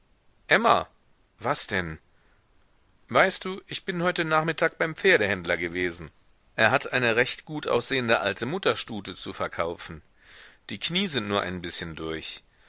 emma was denn weißt du ich bin heute nachmittag beim pferdehändler gewesen er hat eine recht gut aussehende alte mutterstute zu verkaufen die knie sind nur ein bißchen durch